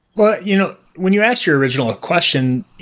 but you know when you asked your original ah question,